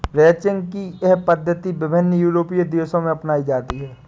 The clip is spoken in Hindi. रैंचिंग की यह पद्धति विभिन्न यूरोपीय देशों में अपनाई जाती है